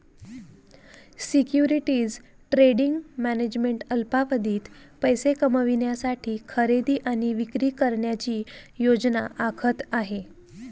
securities trading management अल्पावधीत पैसे कमविण्यासाठी खरेदी आणि विक्री करण्याची योजना आखत आहे